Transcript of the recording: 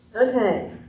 Okay